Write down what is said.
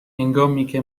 هنگامیکه